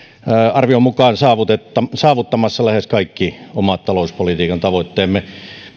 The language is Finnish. arvion mukaan saavuttamassa lähes kaikki omat talouspolitiikan tavoitteemme